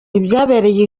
ibyabaye